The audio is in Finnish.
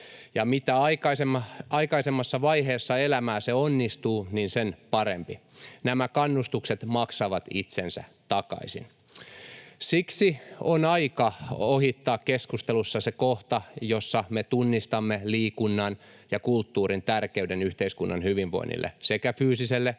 Ja mitä aikaisemmassa vaiheessa elämää se onnistuu, sen parempi. Nämä kannustukset maksavat itsensä takaisin. Siksi on aika ohittaa keskustelussa se kohta, jossa me tunnistamme liikunnan ja kulttuurin tärkeyden yhteiskunnan hyvinvoinnille, sekä fyysiselle